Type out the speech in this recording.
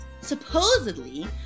supposedly